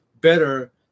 better